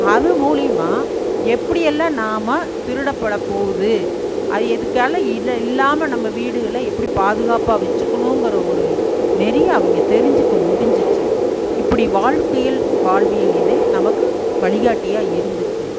அது மூலயமா எப்படி எல்லாம் நாம் திருடப்பட போகுது அது எதுக்காக இல் இல்லாமல் நம்ம வீடுகளை எப்படி பாதுகாப்பாக வைச்சுக்கணுங்கற ஒரு நெறிய அவங்க தெரிஞ்சுக்க முடிஞ்சுச்சு இப்படி வாழ்க்கையில் வாழ்வியல் இது நமக்கு வழிகாட்டியாக இருந்திருக்குது